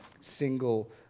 single